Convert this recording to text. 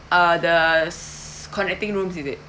uh the s~ connecting rooms is it